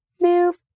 move